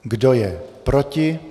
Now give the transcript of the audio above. Kdo je proti?